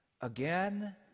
Again